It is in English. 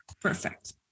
Perfect